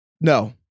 No